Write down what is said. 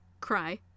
Cry